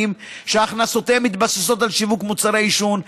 שהכנסותיהם מתבססות על שיווק מוצרי עישון,